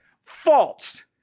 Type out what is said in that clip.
False